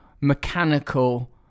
mechanical